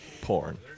porn